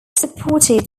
supported